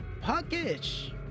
Puckish